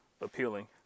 appealing